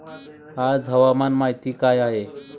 आज हवामान माहिती काय आहे?